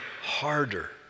harder